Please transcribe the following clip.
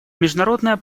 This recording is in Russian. международная